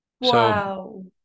Wow